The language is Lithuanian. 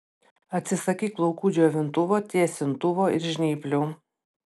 atsisakyk plaukų džiovintuvo tiesintuvo ir žnyplių